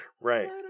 Right